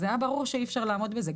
זה היה ברור שאי אפשר לעמוד בזה.